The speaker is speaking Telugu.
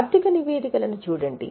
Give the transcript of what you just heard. ఆర్థిక నివేదికలను చూడండి